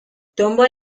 دنبال